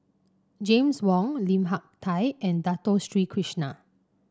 James Wong Lim Hak Tai and Dato Sri Krishna